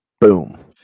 Boom